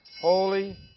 Holy